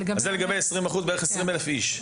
זה לגבי ה-20%, בערך 20 אלף איש מהסוג הזה.